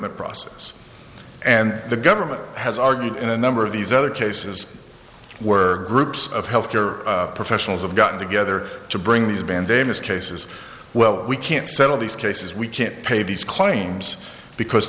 recruitment process and the government has argued in a number of these other cases were groups of health care professionals have gotten together to bring these bandanas cases well we can't settle these cases we can't pay these claims because